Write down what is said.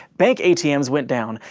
bank atms went down.